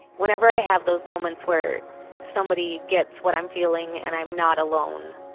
whenever i have those moments where somebody gets what i'm feeling and i'm not alone